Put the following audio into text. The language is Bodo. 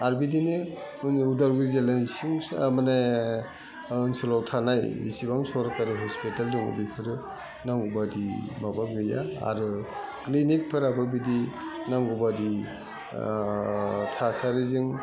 आर बिदिनो जोंनि अदालगुरि जिल्लानि सिं सा माने ओनसोलाव थानाय जिसिबां सरकारि हस्पिटाल दं बेफोरो नांगौ बायदि माबा गैया आरो क्लिनिकफोराबो बिदि नांगौबादि थासारिजों